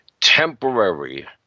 temporary